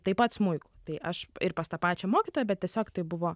taip pat smuiku tai aš pas tą pačią mokytoją bet tiesiog tai buvo